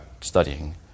studying